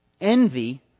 Envy